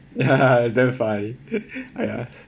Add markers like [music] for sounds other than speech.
ya [laughs] damn funny [laughs] ya